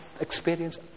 experience